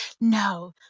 No